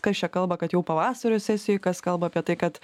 kas čia kalba kad jau pavasario sesijoj kas kalba apie tai kad